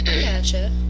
Gotcha